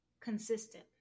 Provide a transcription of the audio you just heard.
consistent